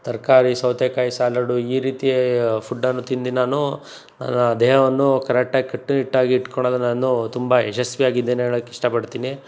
ತರಕಾರಿ ಸೌತೆಕಾಯಿ ಸ್ಯಾಲಡು ಈ ರೀತಿ ಫುಡ್ಡನ್ನು ತಿಂದು ನಾನು ನನ್ನ ದೇಹವನ್ನು ಕರೆಟ್ಟಾಗಿ ಕಟ್ಟುನಿಟ್ಟಾಗಿ ಇಟ್ಕೊಳೋದು ನಾನು ತುಂಬ ಯಶಸ್ವಿಯಾಗಿದ್ದೇನೆ ಹೇಳಕ್ ಇಷ್ಟಪಡ್ತೀನಿ